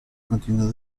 continuó